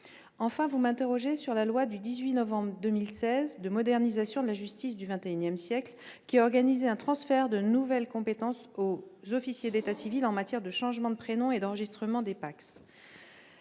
Enfin, vous m'interrogez sur la loi du 18 novembre 2016 de modernisation de la justice du XXI siècle, qui a organisé un transfert de nouvelles compétences aux officiers d'état civil en matière de changement de prénom et d'enregistrement des PACS.